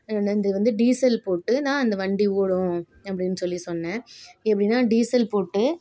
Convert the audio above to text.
இது வந்து டீசல் போட்டு தான் அந்த வண்டி ஓடும் அப்படின்னு சொல்லி சொன்னேன் எப்படின்னா டீசல் போட்டு